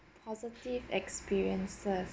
positive experiences